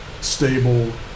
stable